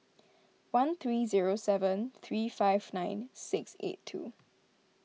one three zero seven three five nine six eight two